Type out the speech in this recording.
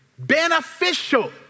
beneficial